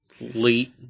late